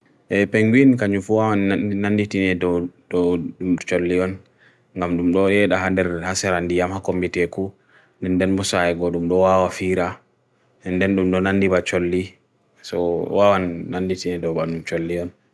Pengwin kanyufuwa nanndihti niye do ddum chaliyon. Ngam ddum do rye dahander haseran di yama kometi eku. Nnden musa eko ddum do wa wa firah. Nnden ddum do nanndi ba chaliyon. So wa nanndihti niye do ban ddum chaliyon.